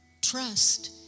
trust